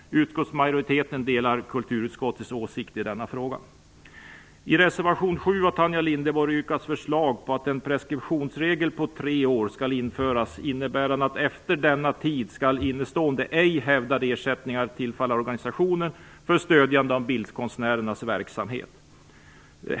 Utskottsmajoriteten delar kulturutskottets åsikt i frågan. I reservation 7 av Tanja Linderborg yrkas att en preskriptionsregel på tre år skall införas innebärande att efter denna tid skall innestående ej hävdade ersättningar tillfalla organisationen för stödjande av bildkonstnärernas verksamhet.